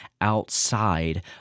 outside